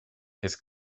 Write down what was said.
his